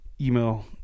email